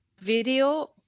video